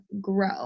grow